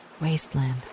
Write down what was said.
wasteland